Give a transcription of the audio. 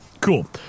Cool